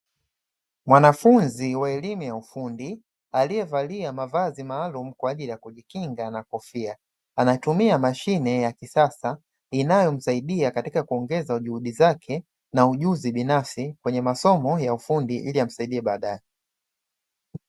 Mwanafunzi wa elimu ya ufundi aliyevalia mavazi maalumu ya kwa ajili kujikinga pamoja na kofia, anatumia mashine ya kisasa inayomsadia katika kuongeza juhudi zake na ujuzi binafsi katika masomo ya ufundi, ili yamsaidie badae.